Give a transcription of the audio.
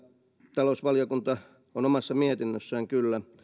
talousvaliokunta on omassa mietinnössään kyllä